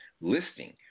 listing